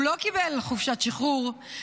הוא לא קיבל חופשת שחרור,